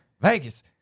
Vegas